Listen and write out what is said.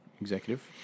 executive